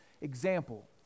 example